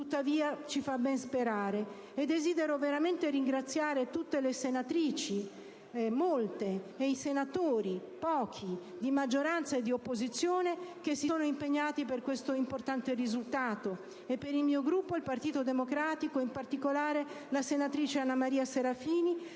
mozioni ci fa ben sperare. E desidero veramente ringraziare tutte le senatrici, molte, e i senatori, pochi, di maggioranza e di opposizione, che si sono impegnati per questo importante risultato; e per il mio Gruppo, il Gruppo del Partito Democratico, desidero ringraziare in particolare la senatrice Anna Maria Serafini,